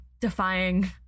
defying